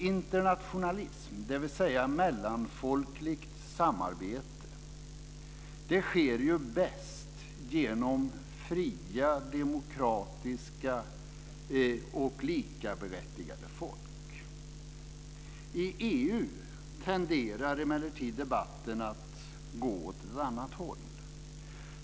Internationalism, dvs. mellanfolkligt samarbete, sker bäst för fria, demokratiska och likaberättigade folk. I EU tenderar emellertid debatten att gå åt ett annat håll.